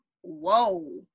whoa